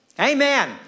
Amen